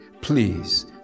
please